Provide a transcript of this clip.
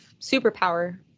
superpower